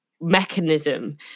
mechanism